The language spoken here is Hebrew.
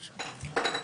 סליחה.